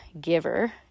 giver